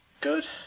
Good